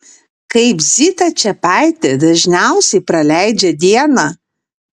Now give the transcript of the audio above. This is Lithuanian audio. kaip zita čepaitė dažniausiai praleidžia dieną